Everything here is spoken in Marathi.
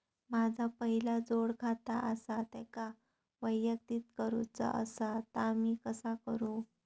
माझा पहिला जोडखाता आसा त्याका वैयक्तिक करूचा असा ता मी कसा करू?